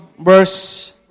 verse